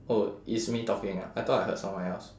oh it's me talking ah I thought I heard someone else